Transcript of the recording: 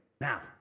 Now